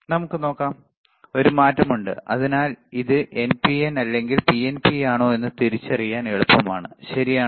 നമുക്ക് നോക്കാം ഒരു മാറ്റമുണ്ട് അതിനാൽ ഇത് എൻപിഎൻ അല്ലെങ്കിൽ പിഎൻപി ആണോ എന്ന് തിരിച്ചറിയാൻ എളുപ്പമാണ് ശരിയാണോ